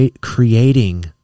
creating